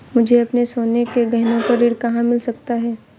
मुझे अपने सोने के गहनों पर ऋण कहाँ मिल सकता है?